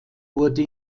wurde